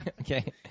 Okay